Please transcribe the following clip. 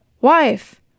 Wife